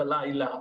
בלילה,